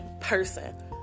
person